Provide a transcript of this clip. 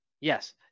Yes